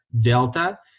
delta